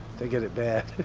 they get it bad.